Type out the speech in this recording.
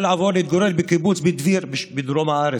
נאלצה לעבור עם הנכדים להתגורר בקיבוץ דביר בדרום הארץ,